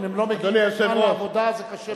אם הם לא מגיעים בזמן לעבודה זה קשה מאוד.